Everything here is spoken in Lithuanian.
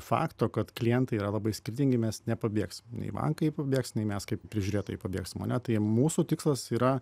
fakto kad klientai yra labai skirtingi mes nepabėgsim nei bankai pabėgs nei mes kaip prižiūrėtojai pabėgsim ane tai mūsų tikslas yra